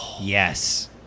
Yes